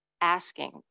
asking